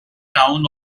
town